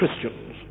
Christians